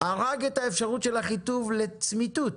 הרג את האפשרות של אחיטוב לצמיתות,